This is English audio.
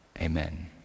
Amen